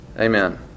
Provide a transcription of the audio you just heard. Amen